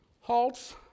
halts